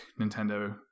Nintendo